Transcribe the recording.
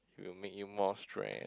it will make you more stress